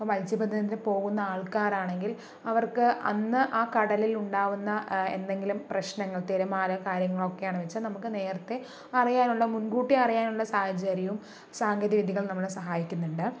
ഇപ്പോൾ മത്സ്യബന്ധനത്തിന് പോകുന്ന ആൾക്കാരാണെങ്കിൽ അവർക്ക് അന്ന് ആ കടലിൽ ഉണ്ടാകുന്ന എന്തെങ്കിലും പ്രശ്ങ്ങൾ തിരമാല കാര്യങ്ങളൊക്കെ എന്ന് വെച്ചാൽ നമുക്ക് നേരത്തേ അറിയാനുള്ള മുൻകൂട്ടി അറിയാനുള്ള സാഹചര്യം സാങ്കേതിക വിദ്യകൾ നമ്മളെ സഹായിക്കുന്നുണ്ട്